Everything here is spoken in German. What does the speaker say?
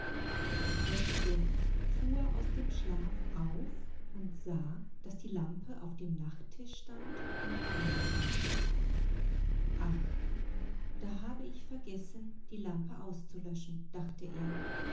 der student fuhr aus dem schlaf auf und sah daß die lampe auf dem nachttisch stand und brannte ach da habe ich vergessen die lampe auszulöschen dachte er